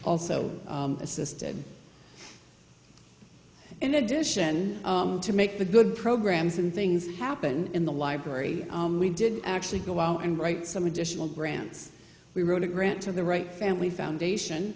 also assisted in addition to make the good programs and things happen in the library we did actually go out and write some additional grants we wrote a grant to the right family foundation